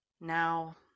Now